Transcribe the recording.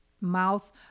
Mouth